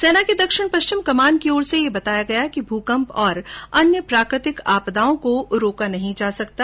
सेना के दक्षिण पश्चिमी कमान की ओर से ये बताया गया कि भूकंप और अन्य प्राकृतिक आपदाओं को रोका नहीं जा सकता